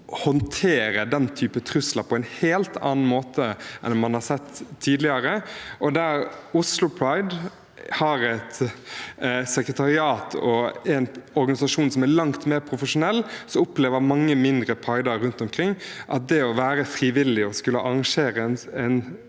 håndtere den typen trusler på en helt annen måte enn man har sett tidligere. Der Oslo Pride har et sekretariat og en organisasjon som er langt mer profesjonell, opplever mange mindre pridearrangører rundt omkring at det å være frivillig og skulle arrangere en